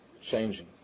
changing